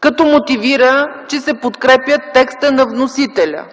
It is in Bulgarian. като мотивира, че се подкрепя текстът на вносителя.